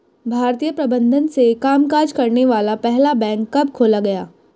भारतीय प्रबंधन से कामकाज करने वाला पहला बैंक कब खोला गया?